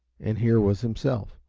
and here was himself,